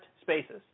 spaces